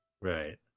Right